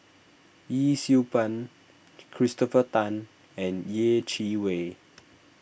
Yee Siew Pun Christopher Tan and Yeh Chi Wei